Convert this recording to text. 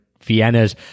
Vienna's